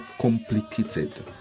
complicated